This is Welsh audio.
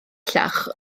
bellach